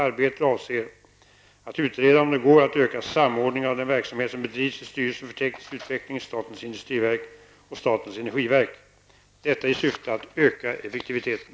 Arbetet avser att utreda om det går att öka samordningen av den verksamhet som bedrivs vid styrelsen för teknisk utveckling, statens industriverk och statens energiverk. Detta i syfte att öka effektiviteten.